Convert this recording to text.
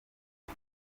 gen